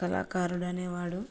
కళాకారుడనేవాడు